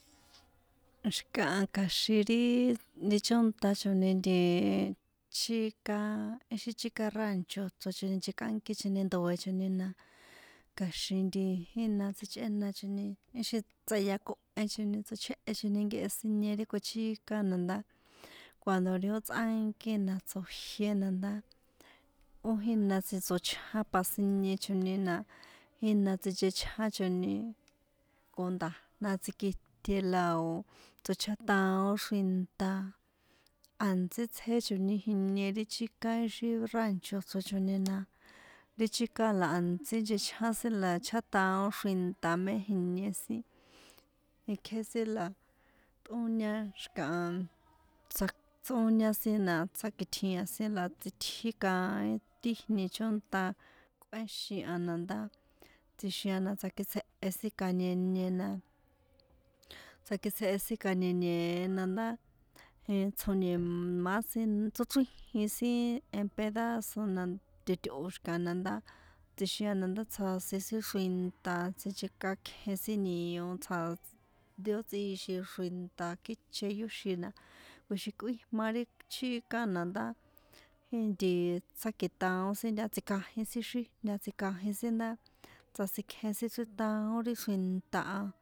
Xi̱kaha kja̱xin ri nti chóntachoni chika ixi chíka ráncho chrochoni nchekꞌánkichoni ndoe̱choni na kja̱xin nti jína sichꞌénachoni ixi tsꞌeyakohechoni tsochjéhechoni nkehe sinie ri kochika na ndá cuanro ri ó tsꞌánki na tso̱jié na ndá ó jína tsochján pa siniechoni na jína tsinchechjáchoni con nda̱jna tsikite la o̱ tsochjátaon xrinta a̱ntsí tsjechoni jinie ri chika ixi rancho̱ chrochoni na ri chika la a̱ntsí nchechjá sin la chjátaon xrinta mé jinie sin ikjé sin la tꞌóña xi̱kaha tsak tsꞌóña sin na tsákiṭjia̱n sin na tsitjí kaín ti jni̱ chónta kꞌuéxin a na ndá tsjixin na tsakitsjehe sin kañeñe na tsakitsjehe sin ka̱ñeñe ndá tsjo̱ni̱má sin tsochríjin sin en pedaso na toṭꞌo̱ xi̱kaha na ndá tsjixijan na ndá tsjasin sin xrinta sinchekákjen sin nio ri ó tsꞌixin xrinta kjíche yóxin na kjuixin kuíjma ri chika na ndá jin nti tsjákitaon sin ntaha tsikjajin sin xíjnta tsikjanjin sin ndá tsasikjen sin ri chrítaon ri xrinta.